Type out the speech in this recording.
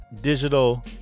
digital